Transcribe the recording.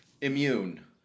immune